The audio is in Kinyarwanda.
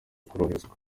koroherezwa